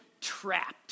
trapped